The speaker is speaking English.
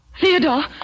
Theodore